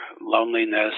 loneliness